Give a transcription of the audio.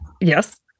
Yes